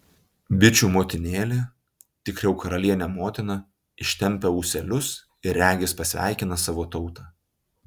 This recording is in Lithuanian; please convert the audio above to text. bičių motinėlė tikriau karalienė motina ištempia ūselius ir regis pasveikina savo tautą